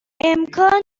امکان